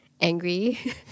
angry